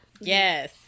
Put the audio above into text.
yes